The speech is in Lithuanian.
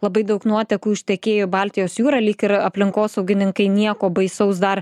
labai daug nuotekų ištekėjo į baltijos jūrą lyg ir aplinkosaugininkai nieko baisaus dar